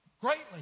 greatly